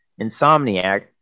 Insomniac